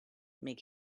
make